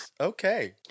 Okay